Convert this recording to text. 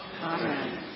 Amen